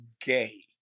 gay